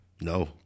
No